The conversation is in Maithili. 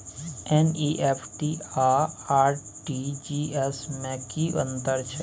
एन.ई.एफ.टी आ आर.टी.जी एस में की अन्तर छै?